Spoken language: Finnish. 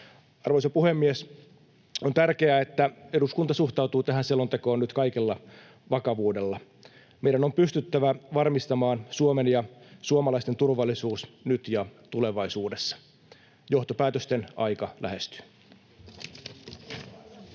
Arvoisa puhemies! On tärkeää, että eduskunta suhtautuu tähän selontekoon nyt kaikella vakavuudella. Meidän on pystyttävä varmistamaan Suomen ja suomalaisten turvallisuus nyt ja tulevaisuudessa. Johtopäätösten aika lähestyy.